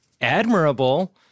admirable